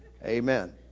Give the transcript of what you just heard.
amen